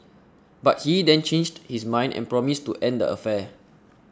but he then changed his mind and promised to end the affair